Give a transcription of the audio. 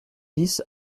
dix